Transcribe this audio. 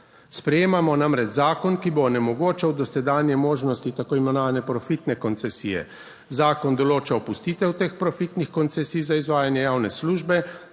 Sprejemamo namreč zakon, ki bo onemogočal dosedanje možnosti tako imenovane profitne koncesije. Zakon določa opustitev teh profitnih koncesij za izvajanje javne službe,